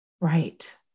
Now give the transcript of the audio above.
Right